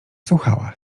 słuchała